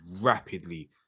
rapidly